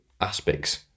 aspects